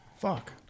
Fuck